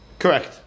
Correct